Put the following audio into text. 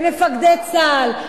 למפקדי צה"ל,